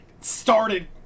started